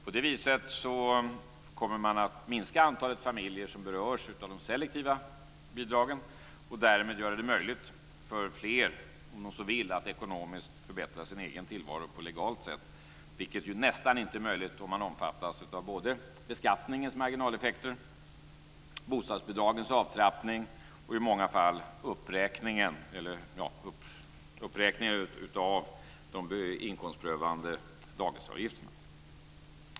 På det viset kommer man att minska antalet familjer som berörs av de selektiva bidragen och därmed göra det möjligt för fler att ekonomiskt förbättra sin egen tillvaro på legalt sätt, vilket nästan inte är möjligt om man omfattas av beskattningens marginaleffekter, bostadsbidragens avtrappning och i många fall uppräkningen av de inkomstprövade dagisavgifterna.